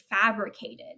fabricated